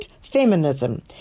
feminism